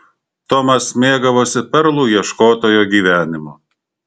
tomas mėgavosi perlų ieškotojo gyvenimu